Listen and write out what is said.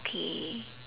okay